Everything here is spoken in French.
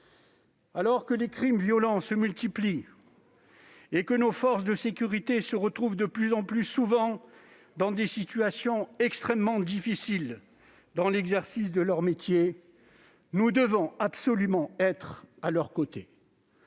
Alors que les crimes violents se multiplient et que nos forces de sécurité se retrouvent de plus en plus souvent dans des situations extrêmement difficiles dans l'exercice de leur métier, nous devons absolument être à leurs côtés